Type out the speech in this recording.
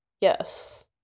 Yes